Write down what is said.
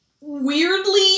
weirdly